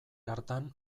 hartan